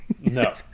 No